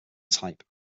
type